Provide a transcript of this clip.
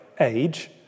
age